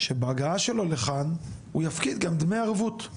שבהגעה שלו לכאן הוא יפקיד דמי ערבות,